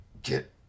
get